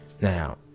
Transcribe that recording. now